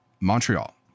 Montreal